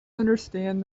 understand